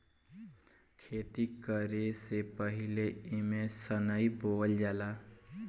खेती करे से पहिले एमे सनइ बोअल जाला